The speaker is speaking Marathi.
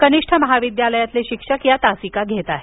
कनिष्ठ महाविद्यालयातील शिक्षक या तासिका घेणार आहेत